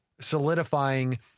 solidifying